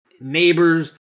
neighbors